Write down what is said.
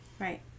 Right